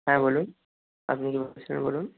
হ্যাঁ বলুন আপনি কী বলছিলেন বলুন